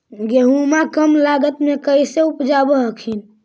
गेहुमा कम लागत मे कैसे उपजाब हखिन?